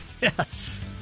Yes